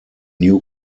new